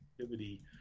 activity